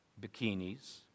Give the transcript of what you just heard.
bikinis